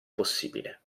possibile